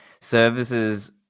services